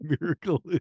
miracle